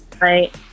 Right